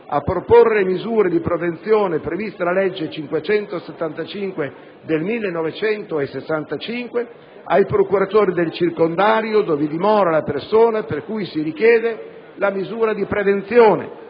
a proporre misure di prevenzione previste dalla legge n. 575 del 1965 ai procuratori del circondario dove dimora la persona per cui si richiede la misura di prevenzione,